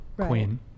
queen